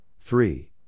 three